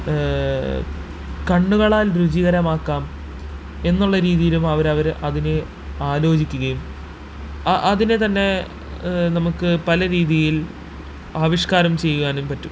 കണ്ണുകളാല് രുചികരമാക്കാം എന്നുള്ള രീതിയിലും അവരവർ അതിന് ആലോചിക്കുകയും അതിനെ തന്നെ നമുക്ക് പല രീതിയില് ആവിഷ്കാരം ചെയ്യുവാനും പറ്റും